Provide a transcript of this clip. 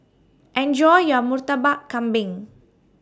Enjoy your Murtabak Kambing